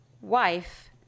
Wife